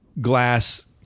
glass